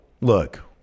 look